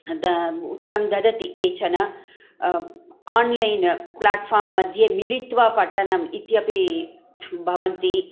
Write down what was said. उत्तरं ददति केचन आन्लैन् प्लाट्फ़ार्म् मध्ये मिलित्वा पधनम् इत्यपि भवन्ति